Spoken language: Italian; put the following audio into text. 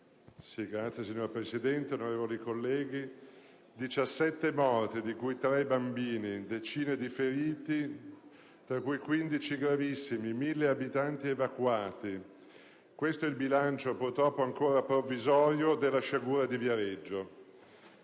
*(PD)*. Signor Presidente, onorevoli colleghi, 17 morti, di cui tre bambini, decine di feriti tra cui 15 gravissimi, 1.000 abitanti evacuati: questo il bilancio, purtroppo ancora provvisorio, della sciagura di Viareggio.